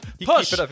push